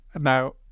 now